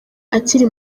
akiri